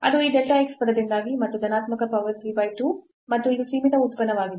ಅದು ಈ delta x ಪದದಿಂದಾಗಿ ಮತ್ತು ಧನಾತ್ಮಕ ಪವರ್ 3 ಬೈ 2 ಮತ್ತು ಇದು ಸೀಮಿತ ಉತ್ಪನ್ನವಾಗಿದೆ